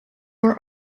were